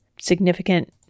significant